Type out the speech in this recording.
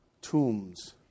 tombs